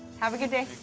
have a good day.